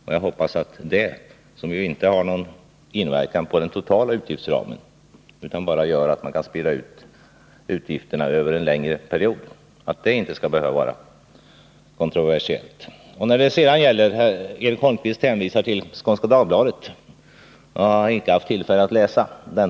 Det är här fråga om åtgärder som inte inverkar på den totala utgiftsramen utan bara gör det möjligt att sprida utgifterna över en längre period. Jag hoppas därför att frågan inte betraktas som kontroversiell. Eric Holmqvist hänvisade till en ledare i Skånska Dagbladet, som jag inte har haft tillfälle att läsa.